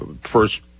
first